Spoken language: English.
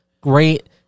Great